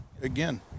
Again